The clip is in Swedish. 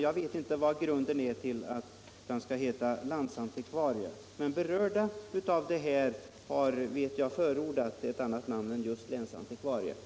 Jag vet inte vad grunden är till att han skall kallas länsantikvarie. De som är berörda har emellertid förordat en annan benämning.